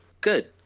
good